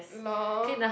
lol